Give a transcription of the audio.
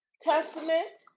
testament